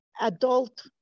adult